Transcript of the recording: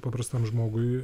paprastam žmogui